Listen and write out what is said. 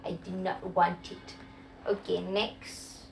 I did not want it